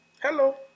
Hello